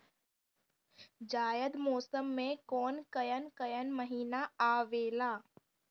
जायद मौसम में कौन कउन कउन महीना आवेला?